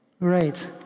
Right